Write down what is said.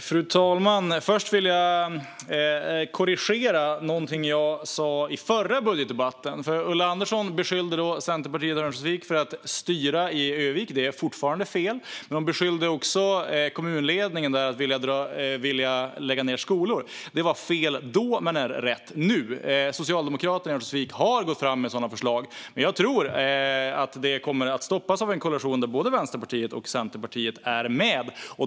Fru talman! Först vill jag korrigera något jag sa i förra budgetdebatten. Ulla Andersson beskyllde då Centerpartiet för att styra i Örnsköldsvik. Det är fortfarande fel. Hon beskyllde också kommunledningen där för att vilja lägga ned skolor. Det var fel då men är rätt nu. Socialdemokraterna i Örnsköldsvik har gått fram med sådana förslag, men jag tror att de kommer att stoppas av en koalition där både Vänsterpartiet och Centerpartiet är med.